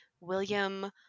William